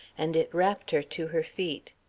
and it wrapped her to her feet.